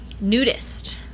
nudist